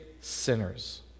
sinners